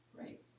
Right